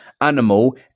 animal